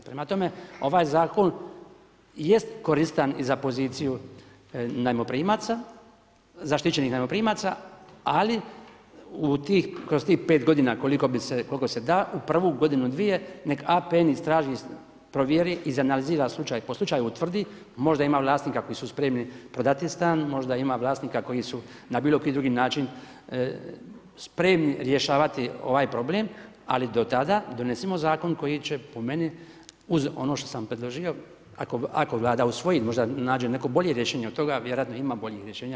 Prema tome, ovaj Zakon jest koristan i za poziciju zaštićenih najmoprimaca, ali kroz tih 5 godina koliko se da, u prvu godinu-dvije neka APN istraži, provjeri i izanalizira slučaj po slučaj i utvrdi, možda ima vlasnika koji su spremni prodati stan, možda ima vlasnika koji su na bilo koji drugi način spremni rješavati ovaj problem, ali do tada donesimo zakon koji će, po meni, uz ono što sam predložio, ako Vlada usvoji, možda nađe neko bolje rješenje od toga i vjerojatno ima boljih rješenja od toga.